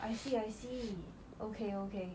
I see I see okay okay